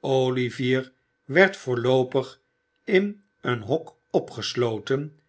olivier werd voorloopig in een hok opgesloten